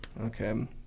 Okay